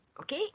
Okay